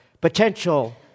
potential